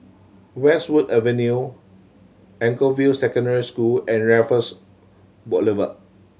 Westwood Avenue Anchorvale Secondary School and Raffles Boulevard